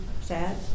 sad